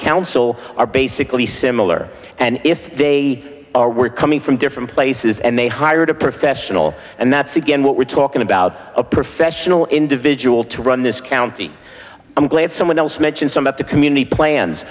council are basically similar and if they are we're coming from different places and they hired a professional and that's again what we're talking about a professional individual to run this county i'm glad someone else mentioned some of the community plans